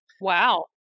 Wow